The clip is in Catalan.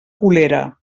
colera